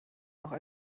noch